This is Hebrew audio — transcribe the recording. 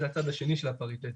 זה הצד השני הפריטטי.